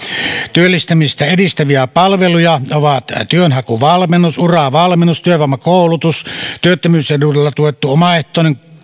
työllistämistä edistäviä palveluja ovat työnhakuvalmennus uravalmennus työvoimakoulutus työttömyysedulla tuettu omaehtoinen